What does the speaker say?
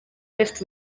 left